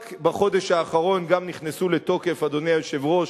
רק בחודש האחרון גם נכנסו לתוקף, אדוני היושב-ראש,